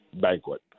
banquet